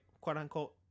quote-unquote